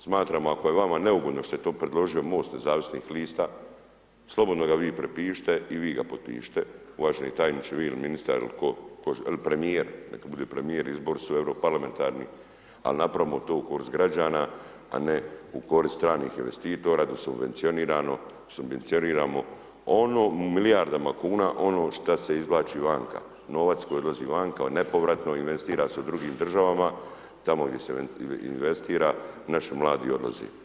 smatramo ako je vama neugodno što je to predložio Most nezavisnih lista, slobodno ga vi prepišite i vi ga potpišite uvaženi tajniče vi ili ministar, premijer, neka bude premijer, izbori su Europarlamentarni, al napravimo to u korist građana, a ne u korist stranih investitora da subvencioniramo u milijardama kuna, ono što se izvlači vanka, novac koji odlazi vanka, on nepovratno investira se u drugim državama, tamo gdje se investira, naši mladi odlaze.